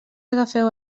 agafeu